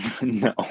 No